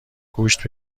گوشت